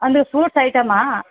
ಅಂದರೆ ಫ್ರೂಟ್ಸ್ ಐಟಮ್ಮಾ